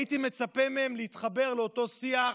הייתי מצפה מהם להתחבר לאותו שיח,